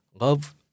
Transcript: love